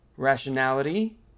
Rationality